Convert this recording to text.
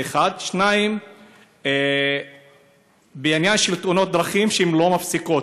זה, 1. 2. בעניין של תאונות דרכים שלא נפסקות.